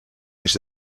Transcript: eix